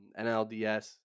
NLDS